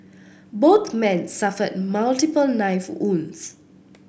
both men suffered multiple knife wounds